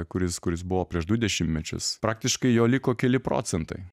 kuris kuris buvo prieš du dešimtmečius praktiškai jo liko keli procentai